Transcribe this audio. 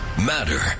matter